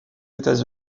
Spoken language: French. états